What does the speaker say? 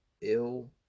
ill